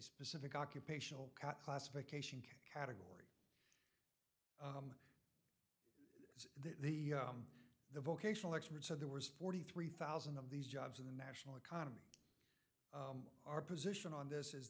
specific occupational classification category as the the vocational expert said there was forty three thousand of these jobs in the national economy our position on this is